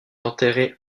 enterré